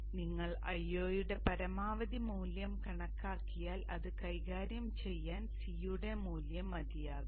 അതിനാൽ നിങ്ങൾ Io യുടെ പരമാവധി മൂല്യം കണക്കാക്കിയാൽ അത് കൈകാര്യം ചെയ്യാൻ C യുടെ മൂല്യം മതിയാകും